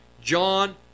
John